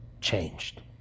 changed